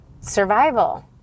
survival